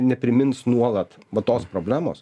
neprimins nuolat va tos problemos